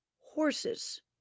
Horses